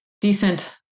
decent